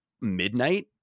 midnight